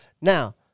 Now